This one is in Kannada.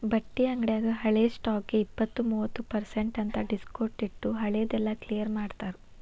ಬಟ್ಟಿ ಅಂಗ್ಡ್ಯಾಗ ಹಳೆ ಸ್ಟಾಕ್ಗೆ ಇಪ್ಪತ್ತು ಮೂವತ್ ಪರ್ಸೆನ್ಟ್ ಅಂತ್ ಡಿಸ್ಕೊಂಟ್ಟಿಟ್ಟು ಹಳೆ ದೆಲ್ಲಾ ಕ್ಲಿಯರ್ ಮಾಡ್ತಾರ